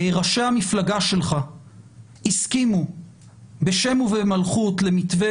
ראשי המפלגה שלך הסכימו בשם ובמלכות למתווה